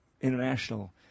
international